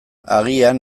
agian